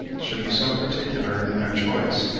should be so particular in their choice.